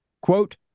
Quote